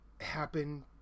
happen